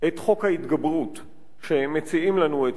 את חוק ההתגברות שמציעים לנו, את